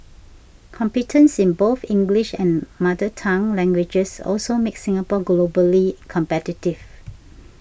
competence in both English and mother tongue languages also makes Singapore globally competitive